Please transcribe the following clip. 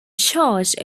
charged